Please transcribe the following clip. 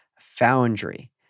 Foundry